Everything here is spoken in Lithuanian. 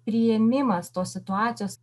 priėmimas tos situacijos